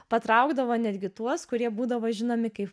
patraukdavo netgi tuos kurie būdavo žinomi kaip